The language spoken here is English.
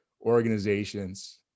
organizations